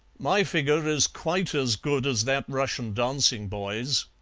my figure is quite as good as that russian dancing boy's.